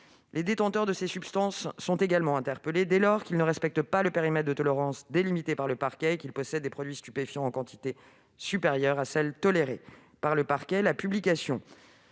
Les détenteurs de ces substances sont également interpellés dès lors qu'ils ne respectent pas le périmètre de tolérance délimité par le parquet ou qu'ils possèdent des produits stupéfiants en quantité supérieure à celle qui est tolérée par le parquet. La publication